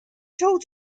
told